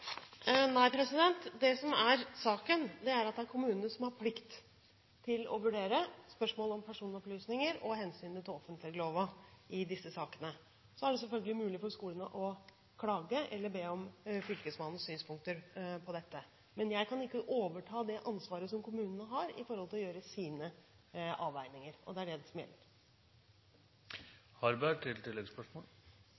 Nei. Det som er saken, er at det er kommunene som har plikt til å vurdere spørsmålet om personopplysninger og hensynet til offentleglova i disse sakene. Så er det selvfølgelig mulig for skolene å klage eller be om Fylkesmannens synspunkter på dette. Men jeg kan ikke overta det ansvaret som kommunene har til å gjøre sine avveininger, og det er det som gjelder.